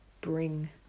bring